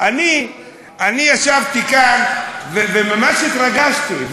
אני ישבתי כאן וממש התרגשתי,